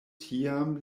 tiam